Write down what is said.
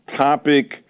topic